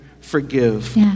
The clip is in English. forgive